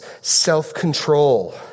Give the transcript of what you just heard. self-control